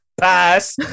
Pass